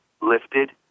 lifted